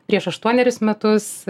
prieš aštuonerius metus